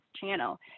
channel